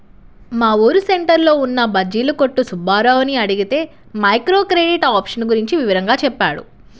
మా ఊరు సెంటర్లో ఉన్న బజ్జీల కొట్టు సుబ్బారావుని అడిగితే మైక్రో క్రెడిట్ ఆప్షన్ గురించి వివరంగా చెప్పాడు